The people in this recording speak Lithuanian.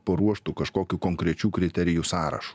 paruoštų kažkokių konkrečių kriterijų sąrašu